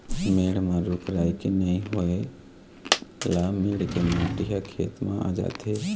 मेड़ म रूख राई के नइ होए ल मेड़ के माटी ह खेत म आ जाथे